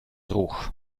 ruch